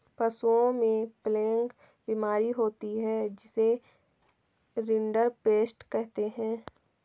पशुओं में प्लेग बीमारी होती है जिसे रिंडरपेस्ट कहते हैं